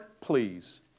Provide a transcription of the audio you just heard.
please